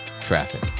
Traffic